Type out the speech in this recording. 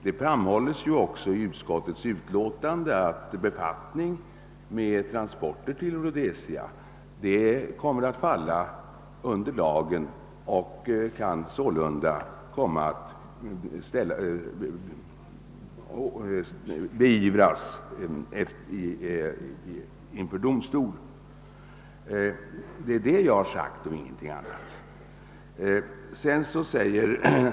Det framhålls ju också i utskottets utlåtande att befattning med transporter till Rhodesia kommer att falla under lagen och sålunda kan beivras inför domstol. Det är det jag har sagt och ingenting annat.